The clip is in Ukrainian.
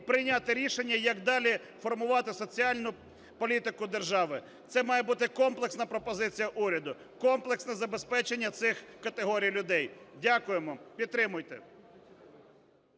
прийняти рішення, як далі формувати соціальну політику держави. Це має бути комплексна пропозиція уряду, комплексне забезпечення цих категорій людей. Дякуємо. Підтримуйте.